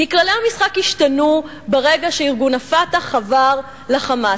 כי כללי המשחק השתנו ברגע שארגון ה"פתח" חבר ל"חמאס".